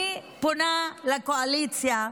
אני פונה לקואליציה,